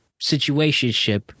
Situationship